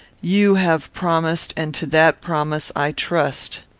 you have promised, and to that promise i trust.